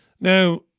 Now